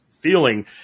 feeling